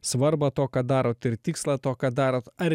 svarbą to ką darot ir tikslą to ką darot ar